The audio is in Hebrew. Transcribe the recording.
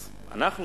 אז אנחנו,